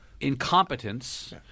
incompetence –